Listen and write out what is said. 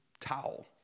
towel